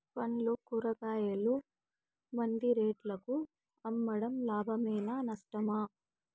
పండ్లు కూరగాయలు మండి రేట్లకు అమ్మడం లాభమేనా నష్టమా?